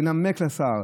לנמק לשר,